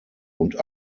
und